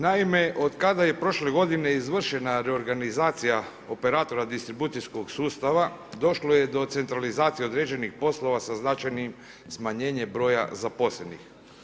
Naime, otkada je prošle godine izvršena reorganizacija operatora distribucijskog sustav došlo je do centralizacije određenih poslova sa značajnim smanjenjem broja zaposlenih.